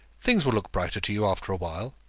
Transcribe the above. things will look brighter to you after a while.